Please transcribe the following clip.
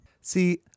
See